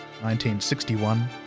1961